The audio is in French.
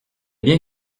bien